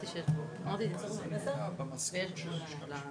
לעניין הזה של המועצה הארצית.